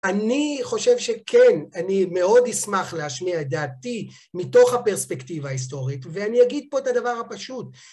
אני חושב שכן, אני מאוד אשמח להשמיע את דעתי מתוך הפרספקטיבה ההיסטורית, ואני אגיד פה את הדבר הפשוט.